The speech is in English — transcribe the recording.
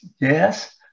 yes